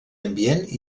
ambient